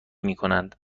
میکنند